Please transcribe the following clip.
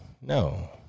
no